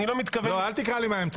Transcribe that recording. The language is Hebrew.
אני לא מתכוון --- לא, אל תקרא לי מהאמצע.